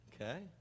okay